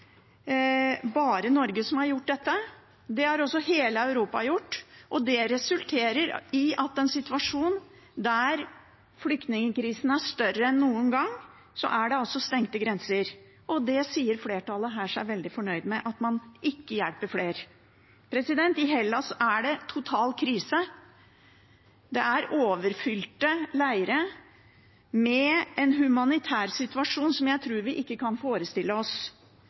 bare Norge som har gjort dette. Det har også hele Europa gjort, og det resulterer i at det i en situasjon der flyktningkrisen er større enn noen gang, er stengte grenser. Det sier flertallet her seg veldig fornøyd med – at man ikke hjelper flere. I Hellas er det total krise. Det er overfylte leirer med en humanitærsituasjon som jeg tror vi ikke kan forestille oss.